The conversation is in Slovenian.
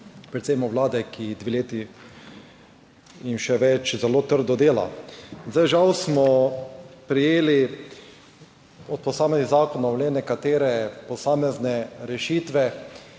predvsem vlade, ki dve leti in še več, zelo trdo dela. Zdaj žal smo prejeli od posameznih zakonov le nekatere, posamezne rešitve